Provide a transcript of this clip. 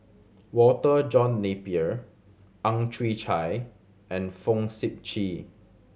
Walter John Napier Ang Chwee Chai and Fong Sip Chee